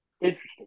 Interesting